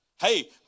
Hey